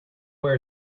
wear